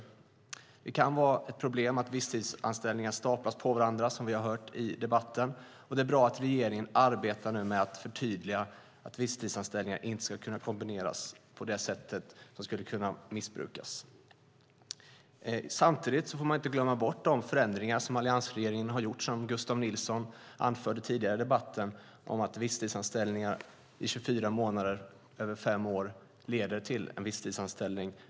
Som vi har hört i debatten kan det vara ett problem att visstidsanställningar staplas på varandra, och det är bra att regeringen nu arbetar med att förtydliga att visstidsanställningar inte ska kunna kombineras på ett sådant sätt att de kan missbrukas. Samtidigt får man inte glömma bort de förändringar som alliansregeringen har gjort och som Gustav Nilsson talade om tidigare i debatten, nämligen att visstidsanställningar under 24 månader över fem år leder till en tillsvidareanställning.